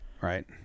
right